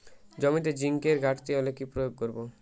জমিতে জিঙ্কের ঘাটতি হলে কি প্রয়োগ করব?